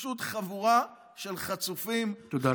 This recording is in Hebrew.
פשוט חבורה של חצופים, תודה רבה.